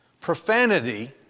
Profanity